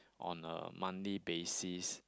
on a monthly basis